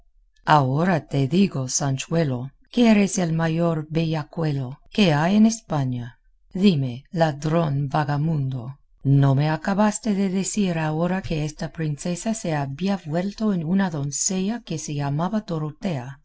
ahora te digo sanchuelo que eres el mayor bellacuelo que hay en españa dime ladrón vagamundo no me acabaste de decir ahora que esta princesa se había vuelto en una doncella que se llamaba dorotea y